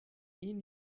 ihn